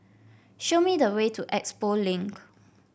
show me the way to Expo Link